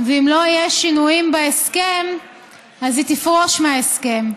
ואם לא יהיו שינויים בהסכם אז היא תפרוש מההסכם.